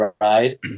ride